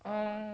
oh